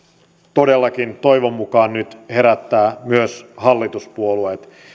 todellakin toivon mukaan nyt herättävät myös hallituspuolueet